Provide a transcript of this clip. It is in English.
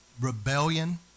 rebellion